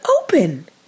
open